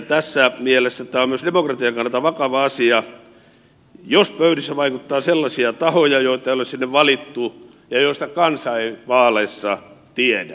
tässä mielessä tämä on myös demokratian kannalta vakava asia jos pöydissä vaikuttaa sellaisia tahoja joita ei ole sinne valittu ja joista kansa ei vaaleissa tiedä